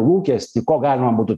lūkestį ko galima būtų